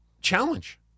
challenge